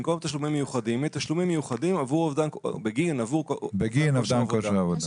במקום "תשלומים מיוחדים" יהיה "תשלומים מיוחדים בגין אובדן כושר עבודה".